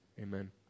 Amen